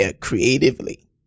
creatively